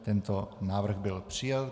Tento návrh byl přijat.